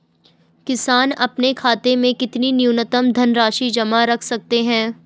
किसान अपने खाते में कितनी न्यूनतम धनराशि जमा रख सकते हैं?